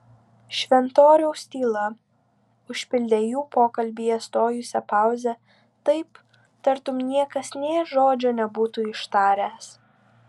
šventoriaus tyla užpildė jų pokalbyje stojusią pauzę taip tartum niekas nė žodžio nebūtų ištaręs